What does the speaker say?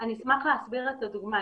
אני אשמח להסביר דוגמה.